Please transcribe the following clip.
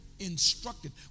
Instructed